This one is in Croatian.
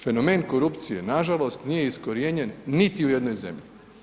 Fenomen korupcije nažalost nije iskorijenjen niti u jednoj zemlji.